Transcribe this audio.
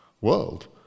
world